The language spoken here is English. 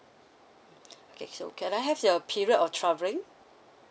okay so can I have your period of travelling